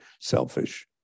selfish